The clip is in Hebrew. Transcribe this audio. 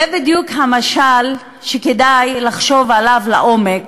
זה בדיוק המשל שכדאי לחשוב עליו לעומק